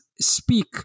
speak